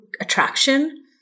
attraction